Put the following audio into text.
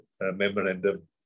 memorandum